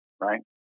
right